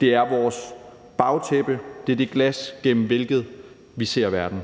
er vores bagtæppe, det er det glas, gennem hvilket vi ser verden.